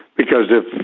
because if,